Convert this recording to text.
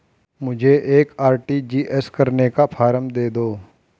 मुझे एक आर.टी.जी.एस करने का फारम दे दो?